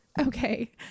Okay